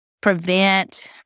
prevent